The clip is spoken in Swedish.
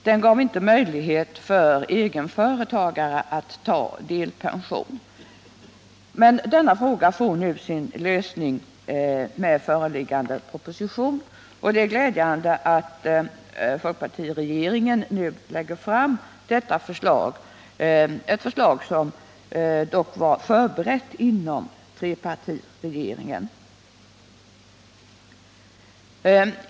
Den gav inte möjlighet för egenföretagare att ta delpension. Denna fråga får nu sin lösning med föreliggande proposition, och det är glädjande att folkpartiregeringen nu lägger fram detta förslag, ett förslag som dock var förberett inom trepartiregeringen.